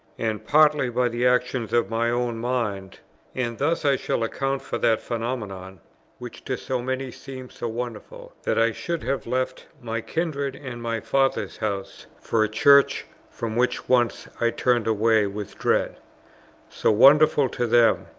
and partly by the action of my own mind and thus i shall account for that phenomenon which to so many seems so wonderful, that i should have left my kindred and my father's house for a church from which once i turned away with dread so wonderful to them!